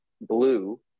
blue